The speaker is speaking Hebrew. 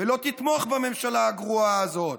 ולא תתמוך בממשלה הגרועה הזאת.